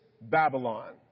Babylon